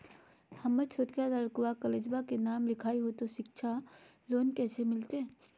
हमर छोटका लड़कवा कोलेजवा मे नाम लिखाई, तो सिच्छा लोन कैसे मिलते?